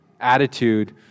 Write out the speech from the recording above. attitude